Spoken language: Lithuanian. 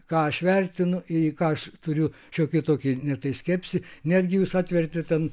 ką aš vertinu į ką aš turiu šiokį tokį ne tai skepsį netgi jūs atvertėt ten